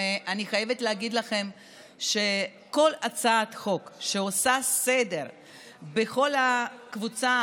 אני חייבת להגיד לכם שכל הצעת חוק שעושה סדר בכל הקבוצה